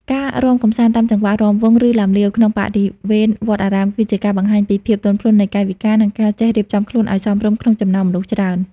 ការរាំកម្សាន្តតាមចង្វាក់រាំវង់ ឬឡាំលាវ ក្នុងបរិវេណវត្តអារាម គឺជាការបង្ហាញពីភាពទន់ភ្លន់នៃកាយវិការ និងការចេះរៀបចំខ្លួនឱ្យសមរម្យក្នុងចំណោមមនុស្សច្រើន។